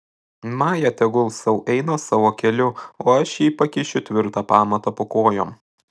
maja tegul sau eina savo keliu o aš jai pakišiu tvirtą pamatą po kojom